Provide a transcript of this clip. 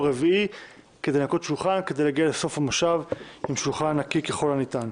רביעי כדי לנקות שולחן ולהגיע לסוף המושב עם שולחן נקי ככל הניתן.